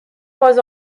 was